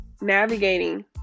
navigating